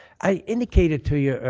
i indicated to you,